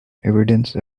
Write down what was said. evidence